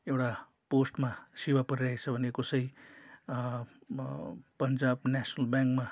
एउटा पोस्टमा सेवा पुराइरहेको छ भने कसै मा पन्जाब नेसनल ब्याङ्कमा